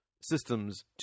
systems